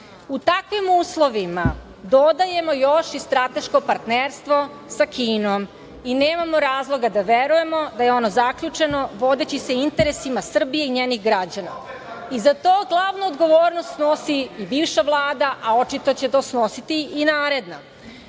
U takvim uslovima dodajemo još i strateško partnerstvo sa Kinom i nemamo razloga da verujemo da je ono zaključeno vodeći se interesima Srbije i njenih građana. Za to glavnu odgovornost snosi bivša Vlada, a očito će to snositi i naredna.